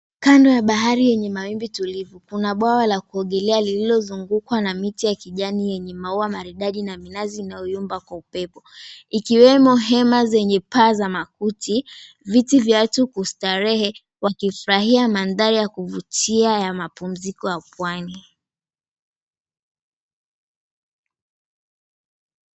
Kando ya bahari yenye mawimbi tulivu kuna bwawa la kuogelea lililozungukwa na miti ya kijani yenye maua maridadi na minazi inayoyumba kwa upepo. Ikiwemo hema zenye paa za makuti, viti vya watu kustarehe wakifurahia mandhari ya kuvutia ya mapumziko ya pwani.